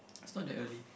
it's not that early